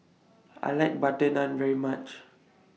I like Butter Naan very much